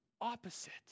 opposite